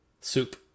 Soup